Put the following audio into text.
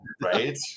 Right